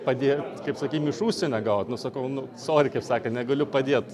padė kaip sakykim iš užsienio gaut nu sakau nu sori kaip sakant negaliu padėt